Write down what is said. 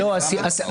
מכירים,